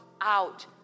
out